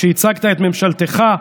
כשהצגת את ממשלתך: